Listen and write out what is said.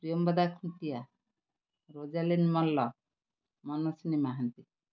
Priyambada Khuntia Rosalin Malla Manaswini Mohanty